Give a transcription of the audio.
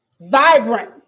vibrant